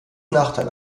nachteil